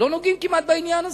לא נוגעים כמעט בעניין הזה.